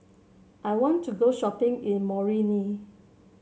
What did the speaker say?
I want to go shopping in Moroni